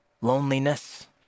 loneliness